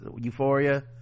euphoria